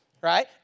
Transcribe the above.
right